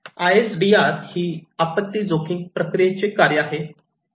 ISDR आपत्ती ही जोखीम प्रक्रियेचे कार्य आहे